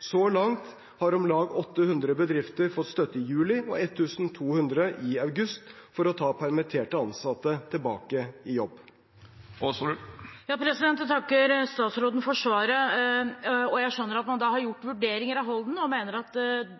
Så langt har om lag 800 bedrifter fått støtte i juli og 1 200 i august for å ta permitterte ansatte tilbake i jobb. Jeg takker statsråden for svaret. Jeg skjønner at man har gjort vurderinger av Holden-utvalgets konklusjoner og mener at